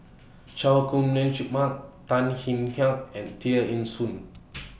Chay Jung Jun Mark Tan Kek Hiang and Tear Ee Soon